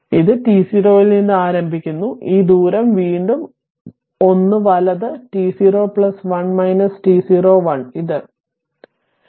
അതിനാൽ ഇത് t0 ൽ നിന്ന് ആരംഭിക്കുന്നു ഈ ദൂരം വീണ്ടും 1 വലത് t0 1 t0 1 ഇത് 1